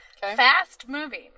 fast-moving